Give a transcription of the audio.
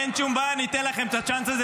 אין שום בעיה, אני אתן לכם את הצ'אנס הזה.